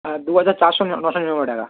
হ্যাঁ দুহাজার চারশো নশো নিরানব্বই টাকা